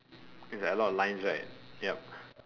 is like a lot of lines right yep